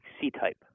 C-type